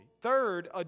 Third